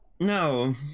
No